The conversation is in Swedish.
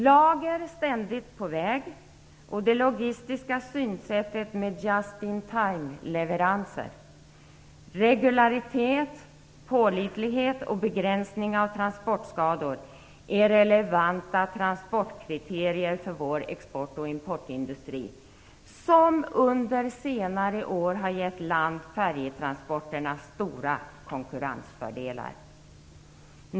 Lager ständigt på väg och det logistiska synsättet med just in time-leveranser, regularitet, pålitlighet och begränsning av transportskador är relevanta transportkriterier för vår export och importindustri, som under senare år har gett land-färjetransporterna stora konkurrensfördelar.